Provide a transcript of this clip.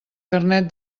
carnet